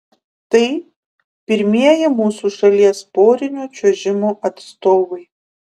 tai pirmieji mūsų šalies porinio čiuožimo atstovai